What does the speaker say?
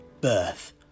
birth